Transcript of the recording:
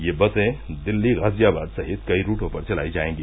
ये बसे दिल्ली गाजियाबाद सहित कई रूटों पर चलाई जायेंगी